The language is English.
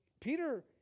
Peter